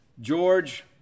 George